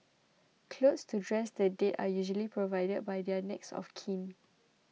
clothes to dress the dead are usually provided by their next of kin